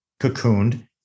cocooned